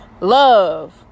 love